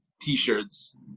T-shirts